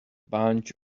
bunch